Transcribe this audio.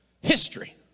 History